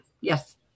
Yes